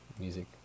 Music